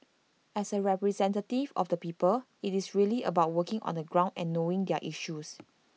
as A representative of the people IT is really about working on the ground and knowing their issues